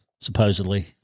supposedly